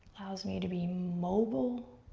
i was made to be mobile,